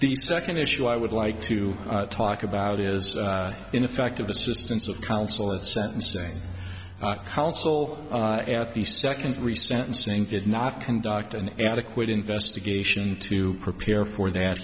the second issue i would like to talk about is ineffective assistance of counsel at sentencing hounshell at the second three sentencing did not conduct an adequate investigation to prepare for that